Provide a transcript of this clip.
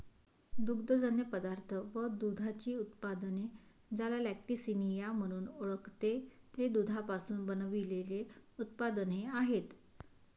दुग्धजन्य पदार्थ व दुधाची उत्पादने, ज्याला लॅक्टिसिनिया म्हणून ओळखते, ते दुधापासून बनविलेले उत्पादने आहेत